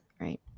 right